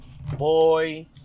Boy